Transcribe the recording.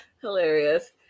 Hilarious